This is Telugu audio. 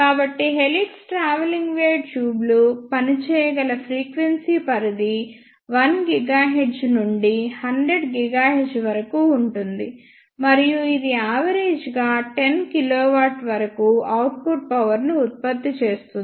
కాబట్టి హెలిక్స్ ట్రావెలింగ్ వేవ్ ట్యూబ్లు పని చేయగల ఫ్రీక్వెన్సీ పరిధి 1 GHz నుండి 100 GHz వరకు ఉంటుంది మరియు ఇది యావరేజ్ గా 10 KW వరకు అవుట్పుట్ పవర్ ను ఉత్పత్తి చేస్తుంది